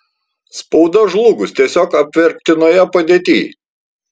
spauda žlugus tiesiog apverktinoje padėtyj